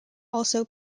also